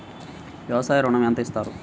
వ్యవసాయ ఋణం ఎంత ఇస్తారు?